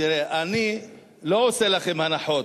תראה, אני לא עושה לכם הנחות,